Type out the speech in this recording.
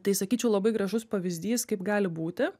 tai sakyčiau labai gražus pavyzdys kaip gali būti